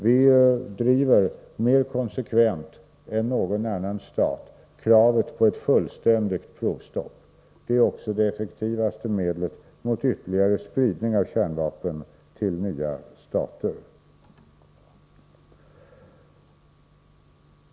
Vi driver mer konsekvent än någon annan stat kravet på fullständigt provstopp. Det är även det effektivaste medlet mot ytterligare spridning av kärnvapen till nya stater.